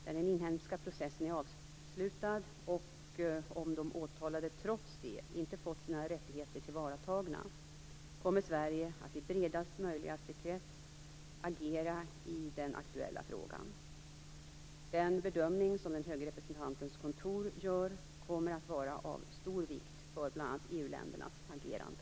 När den inhemska processen är avslutad och om de åtalade trots det inte fått sina rättigheter tillvaratagna, kommer Sverige att i bredast möjligaste krets agera i den aktuella frågan. Den bedömning som den höge representantens kontor gör kommer att vara av stor vikt för bl.a. EU ländernas agerande.